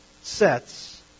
sets